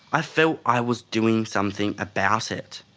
i felt i was doing something about it.